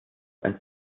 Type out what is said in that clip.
ein